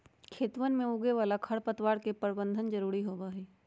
खेतवन में उगे वाला खरपतवार के प्रबंधन जरूरी होबा हई